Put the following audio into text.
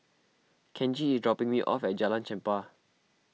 Kenji is dropping me off at Jalan Chempah